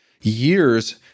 years